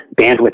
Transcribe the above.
bandwidth